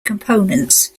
components